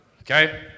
Okay